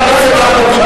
מה זה "יכולים להפריע"?